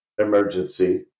emergency